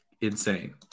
insane